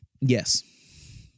Yes